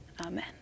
Amen